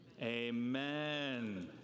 amen